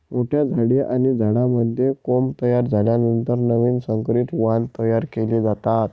मोठ्या झाडे आणि झाडांमध्ये कोंब तयार झाल्यानंतर नवीन संकरित वाण तयार केले जातात